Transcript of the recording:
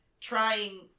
trying